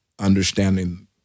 understanding